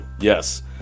yes